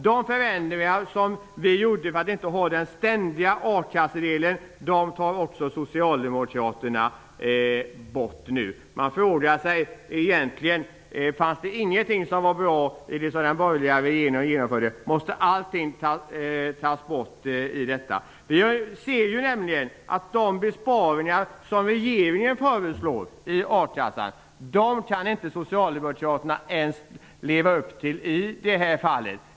De förändringar som vi genomförde för att man inte ständigt skulle gå på a-kassa tar socialdemokraterna nu bort. Man frågar sig egentligen om det inte fanns någonting som var bra i det som den borgerliga regeringen genomförde. Måste allt tas bort? Vi ser nämligen att socialdemokraterna inte ens i det här fallet kan leva upp till de besparingar som regeringen föreslår när det gäller a-kassan.